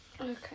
Okay